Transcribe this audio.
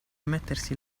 mettersi